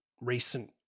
recent